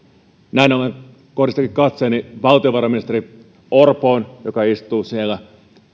näin ollen kohdistankin katseeni valtiovarainministeri orpoon joka istuu siellä